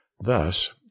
Thus